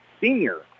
senior